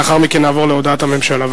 לאחר מכן נעבור להודעת הממשלה.